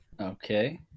Okay